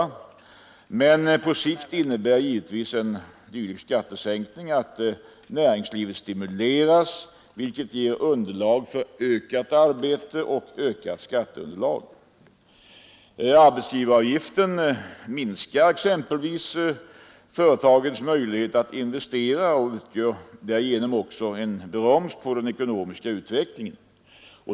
På sikt innebär givetvis en dylik skattesänkning att näringslivet stimuleras, vilket ger ökat arbete och bättre skatteunderlag. Arbetsgivaravgiften minskar exempelvis företagens möjligheter att investera och utgör därigenom en broms på den ekonomiska utvecklingen.